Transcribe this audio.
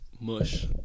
mush